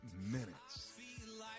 minutes